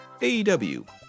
AEW